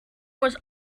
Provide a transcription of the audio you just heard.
was